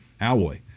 alloy